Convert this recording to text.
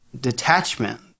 detachment